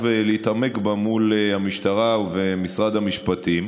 להתעמק בה מול המשטרה ומשרד המשפטים.